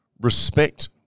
respect